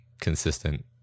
consistent